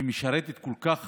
שמשרתת כל כך